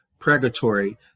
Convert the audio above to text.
Pregatory